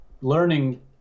learning